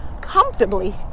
comfortably